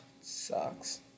sucks